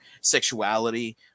sexuality